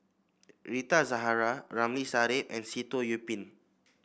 Rita Zahara Ramli Sarip and Sitoh Yih Pin